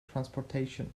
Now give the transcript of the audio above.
transportation